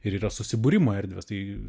ir yra susibūrimo erdvės tai